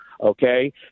Okay